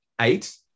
eight